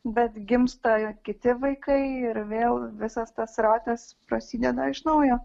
bet gimsta kiti vaikai ir vėl visas tas ratas prasideda iš naujo